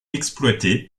exploitée